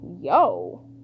yo